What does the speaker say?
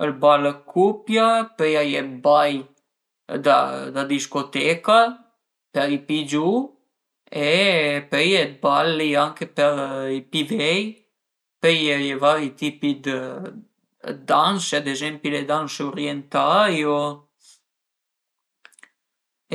ël bal dë cupia, pöi a ie d'bai da da discoteca pör i pi giuvu e pöi a ie dë balli anche për i pi vei, pöi a ie vari tipi dë danse ad ezempi le danse urientai o